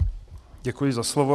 Děkuji za slovo.